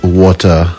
water